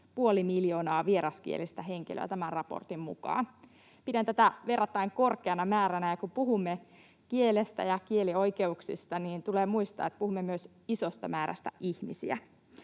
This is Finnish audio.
puoli miljoonaa vieraskielistä henkilöä tämän raportin mukaan. Pidän tätä verrattain korkeana määränä, ja kun puhumme kielestä ja kielioikeuksista, niin tulee muistaa, että puhumme myös isosta määrästä ihmisiä.